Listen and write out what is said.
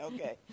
Okay